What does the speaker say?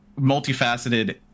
multifaceted